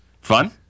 Fun